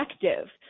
effective